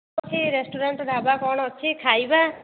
restaurant dhaba କ'ଣ ଅଛି ଖାଇବା